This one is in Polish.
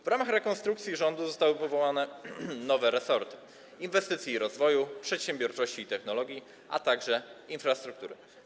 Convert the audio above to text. W ramach rekonstrukcji rządu zostały powołane nowe resorty: inwestycji i rozwoju, przedsiębiorczości i technologii, a także infrastruktury.